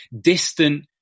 distant